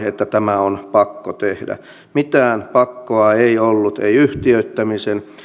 että tämä on pakko tehdä mitään pakkoa ei ollut ei yhtiöittämisen